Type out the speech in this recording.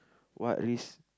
what risk